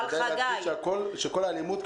כדאי להגיד שכל אלימות,